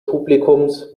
publikums